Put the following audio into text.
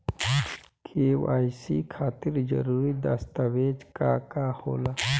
KYC खातिर जरूरी दस्तावेज का का होला?